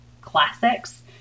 classics